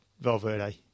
Valverde